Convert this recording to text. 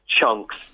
chunks